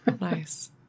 nice